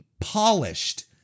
polished